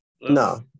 No